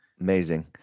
Amazing